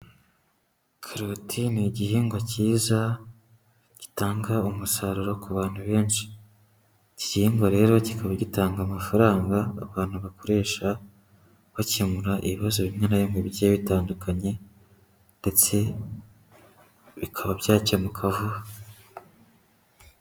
Karoti ni igihingwa cyiza gitanga umusaruro ku bantu benshi, iki gihingwa rero kikaba gitanga amafaranga abantu bakoresha bakemura ibibazo bimwe na bimwe bigiye bitandukanye ndetse bikaba byakemuka vuba.